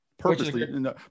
Purposely